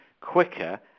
quicker